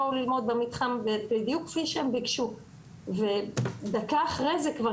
יבואו ללמוד במתחם-בדיוק כפי שהם ביקשו ודקה אחרי זה כבר